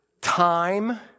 time